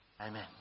Amen